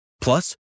Plus